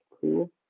cool